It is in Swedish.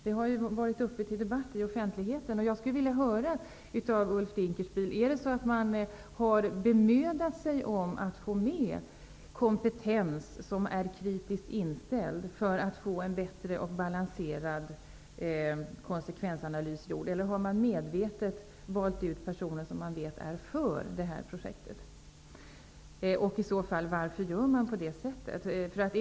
Det har varit uppe till debatt i offentligheten. Jag skulle av Ulf Dinkelspiel vilja veta om man har bemödat sig om att få med kompetens som är kritiskt inställd för att få en bättre och mer balanserad konsekvensanalys gjord. Eller har man medvetet valt ut personer som man vet är för detta projekt? Varför gör man i så fall på detta sätt?